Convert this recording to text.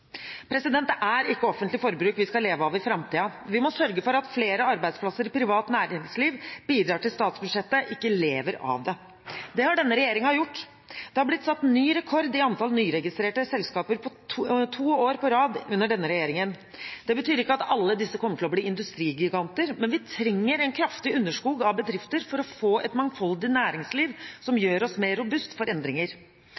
Det er ikke offentlig forbruk vi skal leve av i framtiden. Vi må sørge for at flere arbeidsplasser i privat næringsliv bidrar til statsbudsjettet – og ikke lever at det. Det har denne regjeringen gjort. Det har blitt satt ny rekord i antall nyregistrerte selskaper to år på rad under denne regjeringen. Det betyr ikke at alle disse kommer til å bli industrigiganter, men vi trenger en kraftig underskog av bedrifter for å få et mangfoldig næringsliv som